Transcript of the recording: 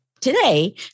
today